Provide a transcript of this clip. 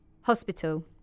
Hospital